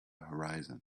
horizon